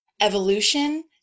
evolution